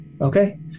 Okay